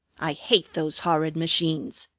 i hate those horrid machines!